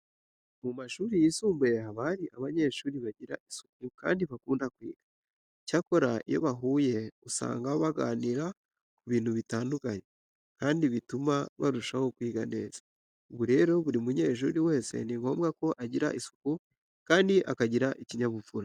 Mu mashuri yisumbuye haba hari abanyeshuri bagira isuku kandi bakunda kwiga. Icyakora iyo bahuye usanga baganira ku bintu bitandukanye kandi bituma barushaho kwiga neza. Ubu rero buri munyeshuri wese ni ngombwa ko agira isuku kandi akagira n'ikinyabupfura.